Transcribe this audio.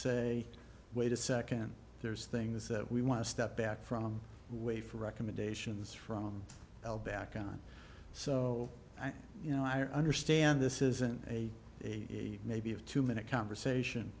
say wait a nd there's things that we want to step back from way for recommendations from fell back on so you know i understand this isn't a maybe of two minute conversation